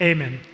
Amen